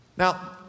Now